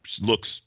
Looks